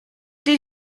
did